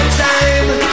time